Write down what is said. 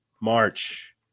March